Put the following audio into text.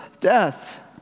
death